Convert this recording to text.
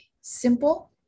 simple